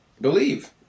believe